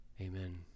Amen